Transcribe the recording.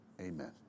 amen